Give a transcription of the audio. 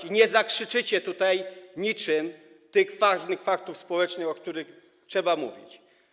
I nie zakrzyczycie tutaj niczym tych ważnych faktów społecznych, o których trzeba mówić.